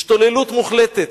השתוללות מוחלטת.